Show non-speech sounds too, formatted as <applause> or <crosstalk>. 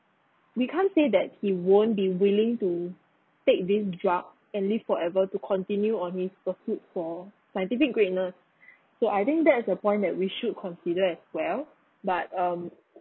we can't say that he won't be willing to take this drug and live forever to continue on his pursuit for scientific greatness <breath> so I think that's a point that we should consider as well but um